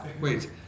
Wait